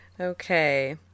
Okay